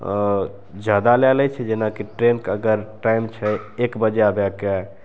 जादा लै छै जेनाकि ट्रेनके अगर टाइम छै एक बजे आबैके